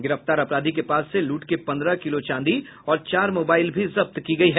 गिरफ्तार अपराधी के पास से लूट के पन्द्रह किलो चांदी और चार मोबाईल भी जब्त की गयी है